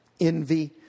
envy